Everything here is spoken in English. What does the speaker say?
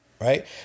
Right